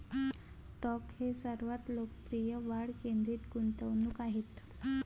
stock हे सर्वात लोकप्रिय वाढ केंद्रित गुंतवणूक आहेत